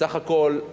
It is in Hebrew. בסך הכול,